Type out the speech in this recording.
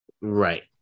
Right